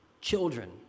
Children